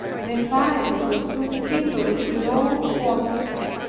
the fire was soon kindled in all quarters.